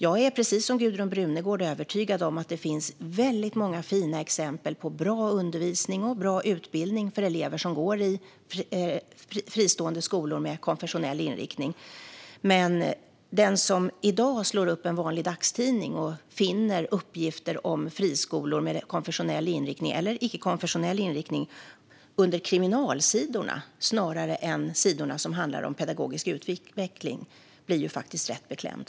Jag är, precis som Gudrun Brunegård, övertygad om att det finns många fina exempel på bra undervisning och bra utbildning för elever som går i fristående skolor med konfessionell inriktning. Men den som i dag slår upp en vanlig dagstidning och finner uppgifter om friskolor med konfessionell inriktning, eller ickekonfessionell inriktning, under kriminalsidorna snarare än sidorna som handlar om pedagogisk utveckling blir faktiskt rätt beklämd.